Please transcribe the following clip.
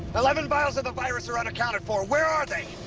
eleven vials of the virus are unaccounted for! where are they?